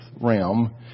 realm